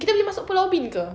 kita boleh masuk pulau ubin ke